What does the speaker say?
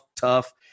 tough